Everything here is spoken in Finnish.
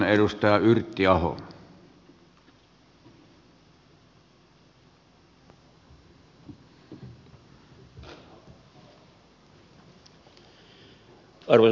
arvoisa herra puhemies